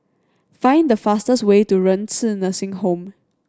find the fastest way to Renci Nursing Home